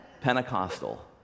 Pentecostal